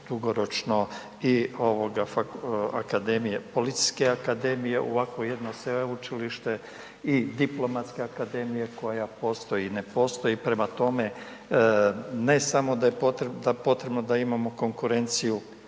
Policijske akademije, ovakvo jedno sveučilište i Diplomatske akademije koja postoji, ne postoji, prema tome, ne samo da je potrebno da imamo konkurenciju,